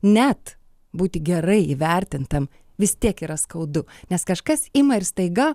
net būti gerai įvertintam vis tiek yra skaudu nes kažkas ima ir staiga